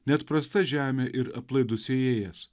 net prasta žemė ir aplaidus sėjėjas